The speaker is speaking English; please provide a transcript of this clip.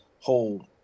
whole